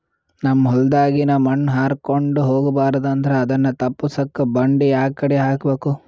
ನಮ್ ಹೊಲದಾಗಿನ ಮಣ್ ಹಾರ್ಕೊಂಡು ಹೋಗಬಾರದು ಅಂದ್ರ ಅದನ್ನ ತಪ್ಪುಸಕ್ಕ ಬಂಡಿ ಯಾಕಡಿ ಹಾಕಬೇಕು?